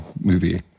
movie